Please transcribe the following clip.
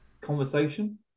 conversation